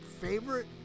favorite